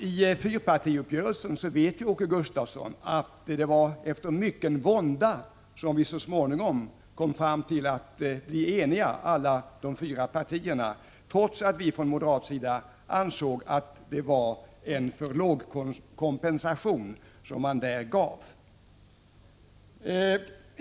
Och i fyrpartiuppgörelsen var det, det vet Åke Gustavsson, efter mycken vånda som vi så småningom kom fram till att bli eniga, alla fyra partierna, trots att vi från moderat sida ansåg att försvaret fick för dålig kompensation.